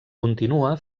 continua